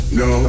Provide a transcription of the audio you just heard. no